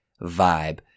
vibe